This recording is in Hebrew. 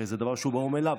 הרי זה דבר שהוא ברור מאליו.